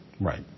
Right